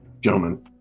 Gentlemen